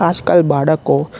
આજકાલ બાળકો